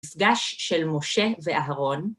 ‫מפגש של משה ואהרון.